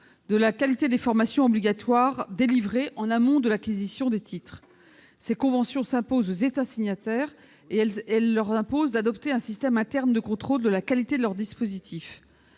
de la qualité des formations obligatoires délivrées en amont de l'acquisition de ces titres. Ces conventions imposent aux États signataires d'adopter un système interne de contrôle de la qualité de leur dispositif.